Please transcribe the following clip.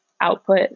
output